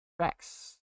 tracks